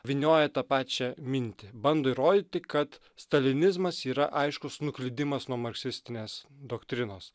vynioja tą pačią mintį bando įrodyti kad stalinizmas yra aiškus nuklydimas nuo marksistinės doktrinos